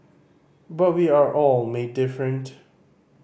but we are all made different